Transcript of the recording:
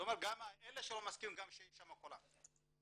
גם אלה שלא מסכימים שיישמע קולם.